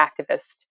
activist